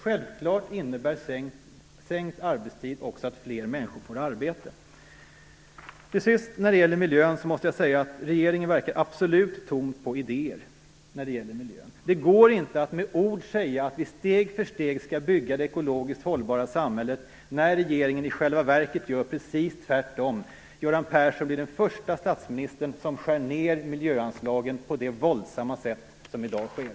Självklart innebär sänkt arbetstid också att fler människor får arbete. När det till sist gäller miljön måste jag säga att regeringen verkar helt tom på idéer. Det går inte att med ord säga att vi steg för steg skall bygga det ekologiskt hållbara samhället, när regeringen i själva verket gör precis tvärtom. Göran Persson är den förste statsminister som skär ned på miljöanslagen så våldsamt som i dag sker.